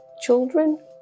children